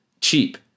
cheap